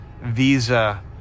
Visa